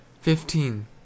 fifteen